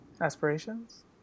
aspirations